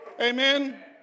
Amen